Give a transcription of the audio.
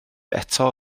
eto